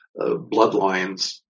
bloodlines